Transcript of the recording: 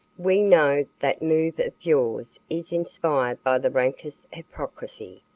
we know that move of yours is inspired by the rankest hypocrisy,